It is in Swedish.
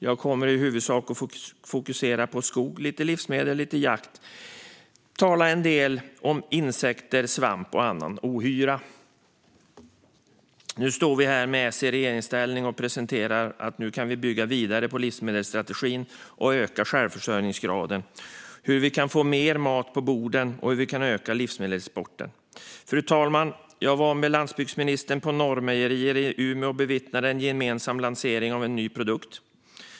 Jag kommer i huvudsak att fokusera på skog och tala lite om livsmedel och jakt. Jag kommer också att tala en del om insekter och annan ohyra. Nu står vi här med S i regeringsställning och presenterar att vi nu kan bygga vidare på livsmedelsstrategin och öka självförsörjningsgraden. Vi talar om hur vi kan få mer mat på borden och hur vi kan öka livsmedelsexporten. Fru talman! Jag var med landsbygdsministern på Norrmejerier i Umeå och bevittnade en gemensam lansering av en ny produkt.